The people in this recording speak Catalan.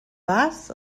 vas